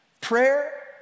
Prayer